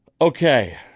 Okay